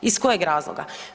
Iz kojeg razloga?